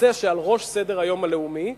הנושא שעל ראש סדר-היום הלאומי,